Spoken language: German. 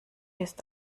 ist